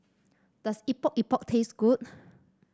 does Epok Epok taste good